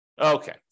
Okay